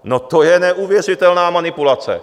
No to je neuvěřitelná manipulace.